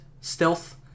stealth